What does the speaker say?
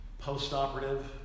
post-operative